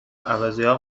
عوضیها